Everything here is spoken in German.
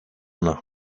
nach